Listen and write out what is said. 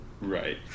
right